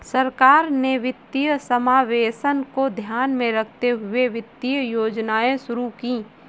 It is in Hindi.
सरकार ने वित्तीय समावेशन को ध्यान में रखते हुए वित्तीय योजनाएं शुरू कीं